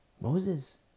Moses